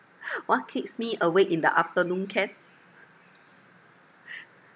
what keeps me awake in the afternoon can